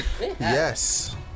Yes